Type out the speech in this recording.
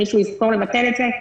מישהו יזכור לבטל את זה?